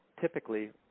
typically